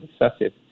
excessive